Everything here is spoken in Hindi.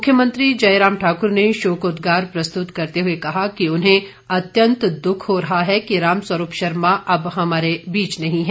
मुख्यमंत्री जयराम ठाक्र ने शोकोदगार प्रस्तुत करते हुए कहा कि उन्हें अत्यंत दुख हो रहा है कि रामस्वरूप शर्मा अब हमारे बीच नहीं हैं